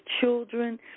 children